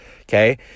okay